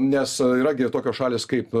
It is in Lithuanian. nes yra irgi tokios šalys kaip